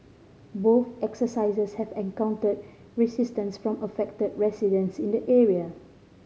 both exercises have encountered resistance from affected residents in the area